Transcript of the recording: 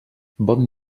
bon